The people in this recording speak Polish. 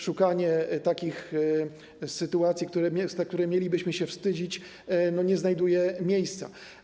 Szukanie takich sytuacji, za które mielibyśmy się wstydzić, nie znajduje miejsca.